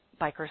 bikers